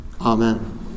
amen